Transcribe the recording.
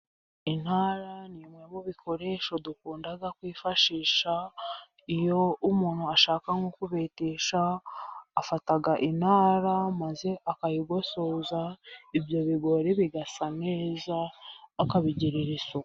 Intara ni imwe mu bikoresho dukunda kwifashisha iyo umuntu ashaka kubetesha, afata intara maze akayigosoza ibyo bigori bigasa neza, akabigirira isuku.